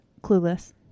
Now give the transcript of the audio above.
Clueless